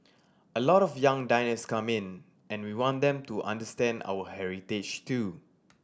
a lot of young diners come in and we want them to understand our heritage too